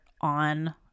on